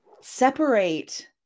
separate